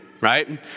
right